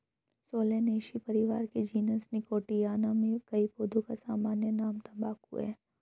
Solanaceae परिवार के genus Nicotiana में कई पौधों का सामान्य नाम तंबाकू है